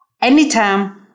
Anytime